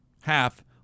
half